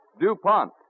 DuPont